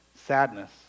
sadness